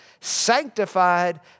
sanctified